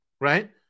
right